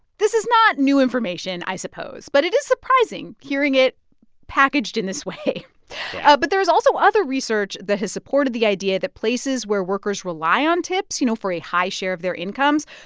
this is not new information, i suppose. but it is surprising hearing it packaged in this way yeah but there is also other research that has supported the idea that places where workers rely on tips, you know, for a high share of their incomes,